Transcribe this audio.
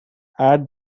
add